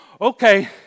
okay